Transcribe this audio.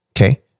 Okay